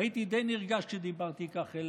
והייתי די נרגש כשדיברתי כך אל